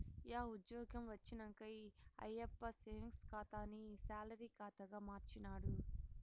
yeah ఉజ్జ్యోగం వచ్చినంక ఈ ఆయప్ప సేవింగ్స్ ఖాతాని సాలరీ కాతాగా మార్చినాడు